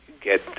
get